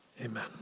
Amen